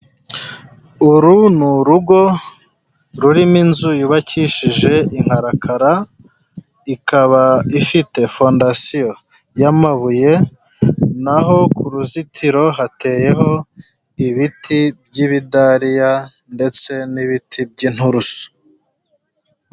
Uru ni urugo rurimo inzu yubakishije inkarakara. Ikaba ifite fondasiyo y'amabuye, n'aho ku ruzitiro hateyeho ibiti by'ibidariya ndetse n'ibiti by'inturusu.